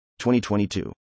2022